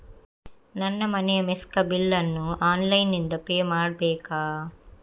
ನನ್ನ ಮನೆಯ ಮೆಸ್ಕಾಂ ಬಿಲ್ ಅನ್ನು ಆನ್ಲೈನ್ ಇಂದ ಪೇ ಮಾಡ್ಬೇಕಾ?